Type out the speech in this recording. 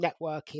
networking